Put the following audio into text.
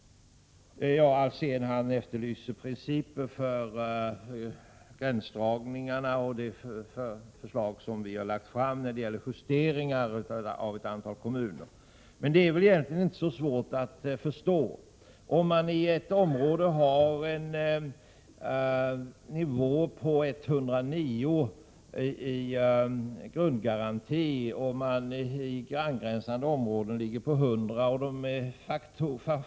Lennart Alsén efterlyser principer för gränsdragningarna och tar upp de förslag som vi har lagt fram när det gäller justeringar av ett antal kommuner. Det är väl emellertid egentligen inte så svårt att förstå om man t.ex. tänker sig att ett område har en nivå på 109 i grundgaranti, medan ett angränsande område ligger på 100.